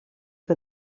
que